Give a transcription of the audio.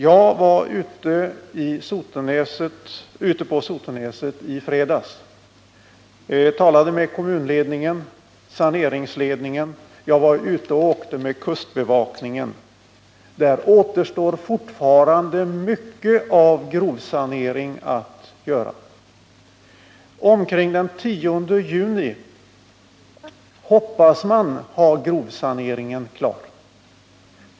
Jag besökte Sotenäs i fredags och talade med kommunledningen och saneringsledningen. Jag var ute och åkte med kustbevakningen. Där återstår mycket av grovsanering. Omkring den 10 juni hoppas man ha grovsaneringen klar.